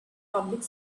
public